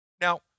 Now